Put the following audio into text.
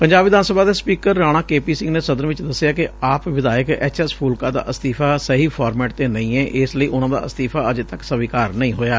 ਪੰਜਾਬ ਵਿਧਾਨ ਸਭਾ ਦੇ speaker Rana K P Singh ਨੇ ਸਦਨ ਚ ਦਸਿਐ ਕਿ ਆਪ ਵਿਧਾਇਕ ਐਚ ਐਸ ਫ਼ੂਲਕਾ ਦਾ ਅਸਤੀਫ਼ਾ ਸਹੀ ਫੋਰਮੈਟ ਤੇ ਨਹੀ ਏ ਇਸ ਲਈ ਉਨੂਾ ਦਾ ਅਸਤੀਫ਼ਾ ਅਜੇ ਤੱਕ ਸਵੀਕਾਰ ਨਹੀ ਹੋਇਆ